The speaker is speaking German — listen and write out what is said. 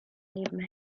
neben